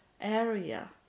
area